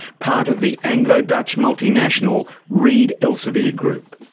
part of the anglo dutch multinational reed elsevier group.